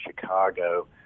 Chicago